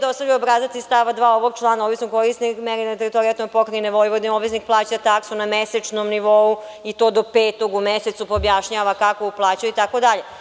RTV dostavlja obrazac iz stava 2. ovog člana, odnosno korisnik … na teritoriji Pokrajine Vojvodine… obveznik plaća taksu na mesečnom nivou i to do 5. u mesecu“, pa objašnjava kako uplaćuje, itd.